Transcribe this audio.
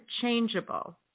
changeable